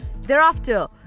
thereafter